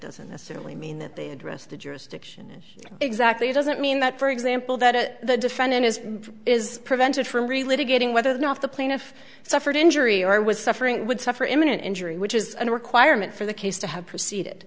doesn't necessarily mean that they address the jurisdiction exactly it doesn't mean that for example that the defendant is is prevented from really getting whether they're not the plaintiff suffered injury or was suffering would suffer imminent injury which is a requirement for the case to have proceeded